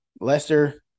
Lester –